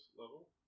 level